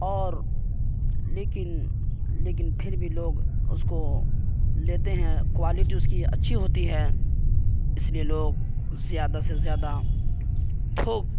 اور لیکن لیکن پھر بھی لوگ اس کو لیتے ہیں کوالٹی اس کی اچھی ہوتی ہے اس لیے لوگ زیادہ سے زیادہ تھوک